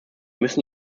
müssen